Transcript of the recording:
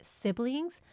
siblings